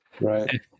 Right